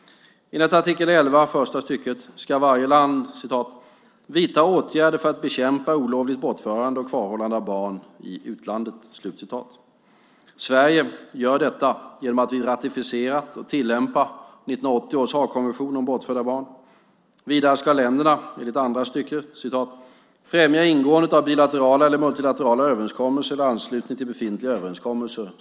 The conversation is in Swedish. Enligt artikel 11, första stycket, ska varje land "vidta åtgärder för att bekämpa olovligt bortförande och kvarhållande av barn i utlandet". Sverige gör detta genom att vi ratificerat och tillämpar 1980 års Haagkonvention om bortförda barn. Vidare ska länderna, enligt andra stycket, "främja ingåendet av bilaterala eller multilaterala överenskommelser eller anslutning till befintliga överenskommelser".